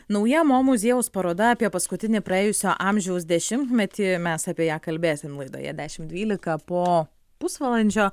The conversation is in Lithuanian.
nauja mo muziejaus paroda apie paskutinį praėjusio amžiaus dešimtmetį mes apie ją kalbėsime laidoje dešimt dvylika po pusvalandžio